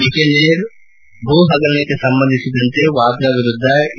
ಬಿಕಾನೇರ್ ಭೂ ಪಗರಣಕ್ಕೆ ಸಂಬಂಧಿಸಿದಂತೆ ವಾದ್ರಾ ವಿರುದ್ದ ಇ